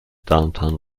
downtown